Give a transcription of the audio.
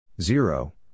Zero